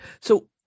So-